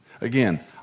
Again